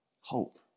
Hope